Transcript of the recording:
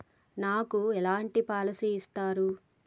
నాకు ఎలాంటి పాలసీ ఇస్తారు?